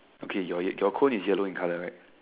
okay your your cone is yellow in colour right